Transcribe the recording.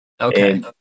Okay